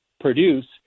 produce